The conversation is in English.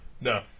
No